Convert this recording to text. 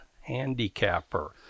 handicapper